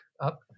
up